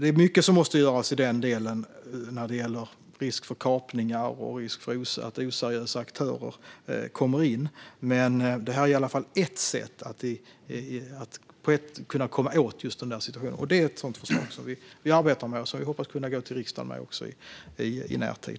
Det är mycket som måste göras när det gäller risk för kapningar och risk för att oseriösa aktörer kommer in, men det här är i alla fall ett sätt att komma åt sådana situationer. Det är ett förslag som vi arbetar med och som vi hoppas kunna gå till riksdagen med i närtid.